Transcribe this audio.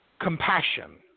compassion